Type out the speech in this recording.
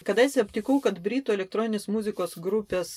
kadaise aptikau kad britų elektroninės muzikos grupės